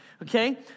Okay